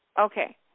Okay